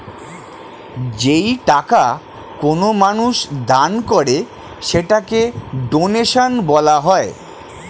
যেই টাকা কোনো মানুষ দান করে সেটাকে ডোনেশন বলা হয়